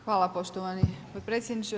Hvala poštovani potpredsjedniče.